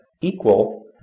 equal